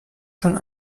schon